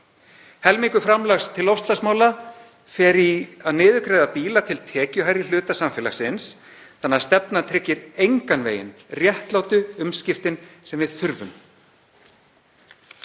Helmingur framlags til loftslagsmála fer í að niðurgreiða bíla til tekjuhærri hluta samfélagsins þannig að stefnan tryggir engan veginn réttlátu umskiptin sem við þurfum.